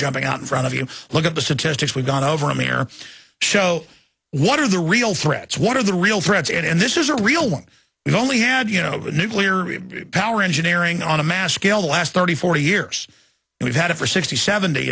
jumping out in front of you look at the statistics we've gone over a mere show what are the real threats one of the real threats and this is a real one we've only had you know over nuclear power engineering on a mass scale the last thirty forty years and we've had it for sixty seventy